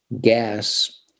gas